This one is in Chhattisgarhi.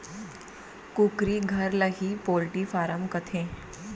कुकरी घर ल ही पोल्टी फारम कथें